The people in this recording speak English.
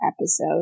episode